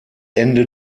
ende